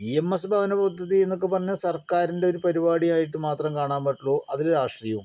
E M S ഭവനപദ്ധതി എന്നൊക്കെ പറഞ്ഞാൽ സർക്കാരിൻ്റെ ഒരു പരിപാടിയായിട്ട് മാത്രം കാണാൻ പറ്റുള്ളൂ അതിൽ രാഷ്ട്രീയവും